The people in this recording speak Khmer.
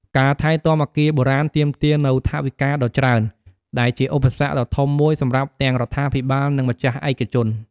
ការថែទាំអគារបុរាណទាមទារនូវថវិកាដ៏ច្រើន ដែលជាឧបសគ្គដ៏ធំមួយសម្រាប់ទាំងរដ្ឋាភិបាល និងម្ចាស់ឯកជន។